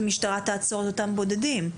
המשטרה תעצור את אותם בודדים.